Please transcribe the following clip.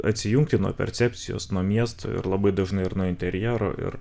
atsijungti nuo percepcijos nuo miesto ir labai dažnai ir nuo interjero ir